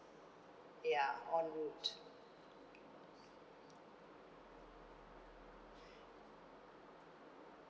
ya on road